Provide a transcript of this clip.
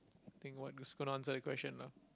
think what is gonna answer the question lah